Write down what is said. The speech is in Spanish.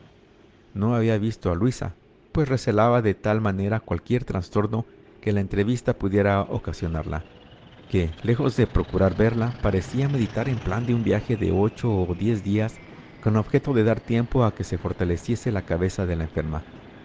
no había visto a luisa pues recelaba de tal manera cualquier trastorno que la entrevista pudiera ocasionarla que lejos de procurar verla parecía meditar el plan de un viaje de ocho o diez días con objeto de dar tiempo a que se fortaleciese la cabeza de la enferma